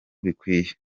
bikwiye